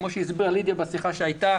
כפי שהסבירה לידיה בשיחה שהייתה,